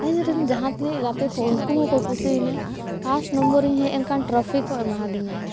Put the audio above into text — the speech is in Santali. ᱤᱧᱨᱮᱱ ᱡᱟᱦᱟᱸ ᱛᱤᱱᱟᱹᱜ ᱜᱟᱛᱮ ᱠᱚ ᱩᱱᱠᱩ ᱦᱚᱠᱚ ᱠᱩᱥᱤᱭᱮᱱᱟ ᱯᱷᱟᱥᱴ ᱱᱚᱢᱵᱚᱨᱤᱧ ᱦᱮᱡ ᱮᱱᱠᱷᱟᱱ ᱴᱨᱚᱯᱷᱤ ᱠᱚ ᱮᱢᱟᱫᱤᱧᱟᱹ